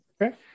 Okay